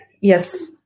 yes